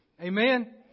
Amen